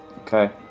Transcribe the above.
Okay